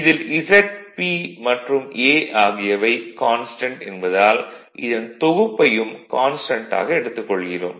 இதில் Z P மற்றும் A ஆகியவை கான்ஸ்டன்ட் என்பதால் இதன் தொகுப்பையும் கான்ஸ்டன்ட் ஆக எடுத்துக் கொள்கிறோம்